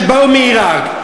שבאו מעיראק,